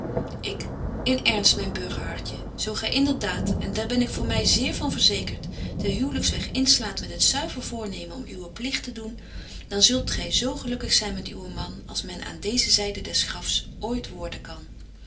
ik in ernst myn burgerhartje zo gy inderdaad en daar ben ik voor my zeer van verzekert den huwlyks weg inslaat met het zuiver voornemen om uwen pligt te doen dan zult gy zo gelukkig zyn met uwen man als men aan deeze zyde des grafs ooit worden kan